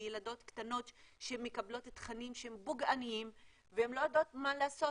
תלמידות וילדות קטנות שמקבלות תכנים פוגעניים והן לא יודעות מה לעשות,